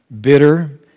bitter